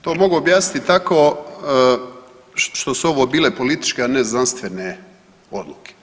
To mogu objasniti tako što su ovo bile političke, a ne znanstvene odluke.